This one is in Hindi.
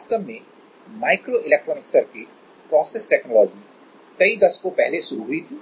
वास्तव में माइक्रोइलेक्ट्रॉनिक सर्किट प्रोसेस टेक्नोलॉजी कई दशकों पहले शुरू हुई थी